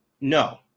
No